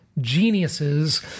geniuses